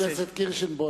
חברת הכנסת קירשנבאום,